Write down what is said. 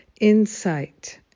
insight